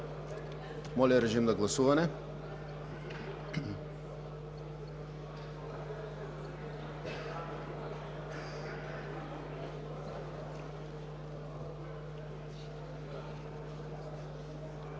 Моля, режим на гласуване